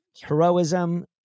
heroism